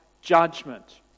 judgment